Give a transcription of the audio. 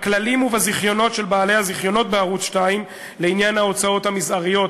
בכללים ובזיכיונות של בעלי הזיכיונות בערוץ 2 לעניין ההוצאות המזעריות,